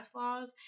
laws